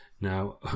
Now